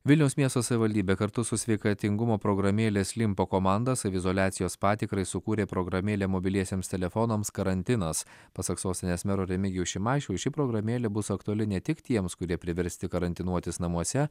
vilniaus miesto savivaldybė kartu su sveikatingumo programėlės limpa komanda saviizoliacijos patikrai sukūrė programėlę mobiliesiems telefonams karantinas pasak sostinės mero remigijaus šimašiaus ši programėlė bus aktuali ne tik tiems kurie priversti karantinuotis namuose